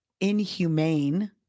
Inhumane